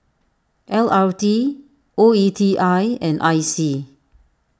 L R T O E T I and I C